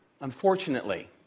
Unfortunately